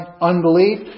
unbelief